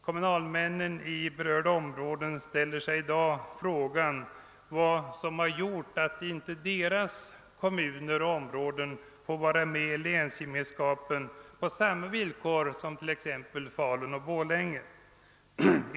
Kommunalmännen i berörda områden ställer sig i dag frågan vad som föranlett att deras kommuner inte får vara med i länsgemenskapen på samma villkor som t.ex. Falun och Borlänge.